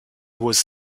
was